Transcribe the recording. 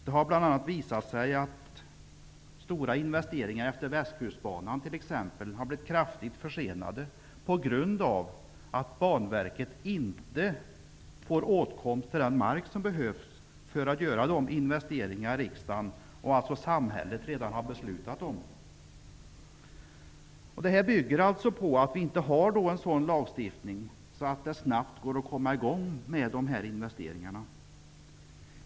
Det har bl.a. visat sig att stora investeringar längs Västkustbanan exempelvis har blivit kraftigt försenade på grund av att Banverket inte fått åtkomst till den mark som behövs för att göra de investeringar som riksdagen och därmed samhället redan har beslutat om. Detta beror på att det inte finns en lagstiftning som gör att det snabbt går att komma i gång med dessa investeringar.